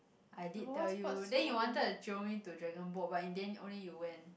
I did tell you then you wanted to jio me to dragon boat but in the end only you went